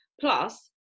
plus